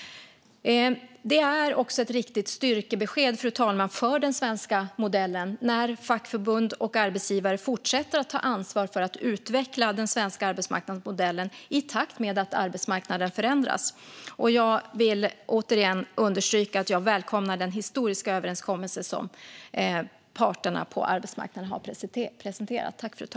Det är också ett riktigt styrkebesked för den svenska modellen när fackförbund och arbetsgivare fortsätter att ta ansvar för att utveckla den svenska arbetsmarknadsmodellen i takt med att arbetsmarknaden förändras. Jag vill återigen understryka att jag välkomnar den historiska överenskommelse som parterna på arbetsmarknaden har presenterat.